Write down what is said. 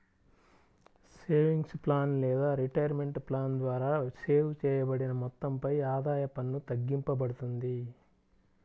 savings plan లేదా retirement plan ద్వారా save చేయబడిన మొత్తంపై ఆదాయ పన్ను తగ్గింపబడుతుంది